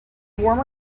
warmer